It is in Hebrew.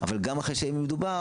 אבל גם אחרי שידעו במי מדובר,